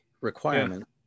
requirement